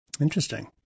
Interesting